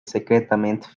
secretamente